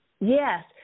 Yes